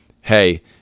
hey